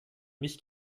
mich